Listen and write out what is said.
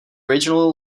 original